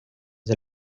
del